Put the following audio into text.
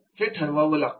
हे ठरवावं लागत